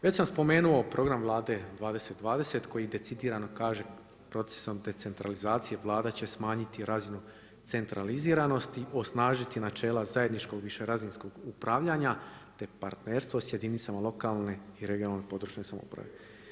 Već sam spomenuo program Vlade 20 20 koji decidirano kaže procesom decentralizacije, Vlada će smanjiti razinu centraliziranosti osnažiti načela zajedničkog višerazinskog upravljanja, te partnerstvo s jedinicama lokalne i regionalne područne samouprave.